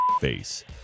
face